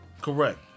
Correct